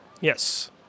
Yes